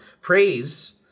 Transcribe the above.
praise